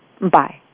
Bye